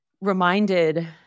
reminded